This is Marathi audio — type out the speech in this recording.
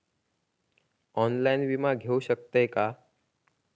ऑनलाइन विमा घेऊ शकतय का?